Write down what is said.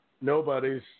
Nobody's